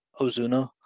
Ozuna